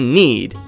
need